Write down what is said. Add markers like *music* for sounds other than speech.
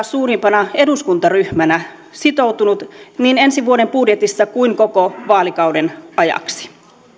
*unintelligible* suurimpana eduskuntaryhmänä sitoutunut niin ensi vuoden budjetissa kuin koko vaalikauden ajaksi